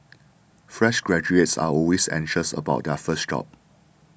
fresh graduates are always anxious about their first job